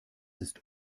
ist